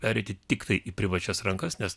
pereiti tiktai į privačias rankas nes